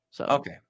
Okay